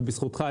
ובזכותך,